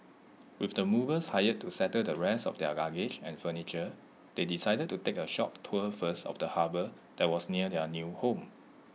with the movers hired to settle the rest of their luggage and furniture they decided to take A short tour first of the harbour that was near their new home